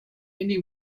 many